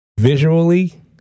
visually